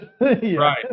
Right